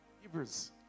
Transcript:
Hebrews